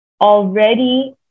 already